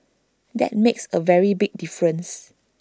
that makes A very big difference